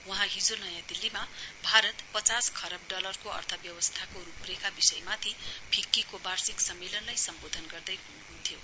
वहाँ हिजो नयाँ दिल्लीमा भारत पचास खरब डलरको अर्थव्यवस्थाको रूपरेखा विषयमाथि फिक्कीको वार्षिक सम्मेलनलाई सम्बोधन गर्दैहनुहुन्थ्यो